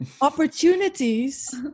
opportunities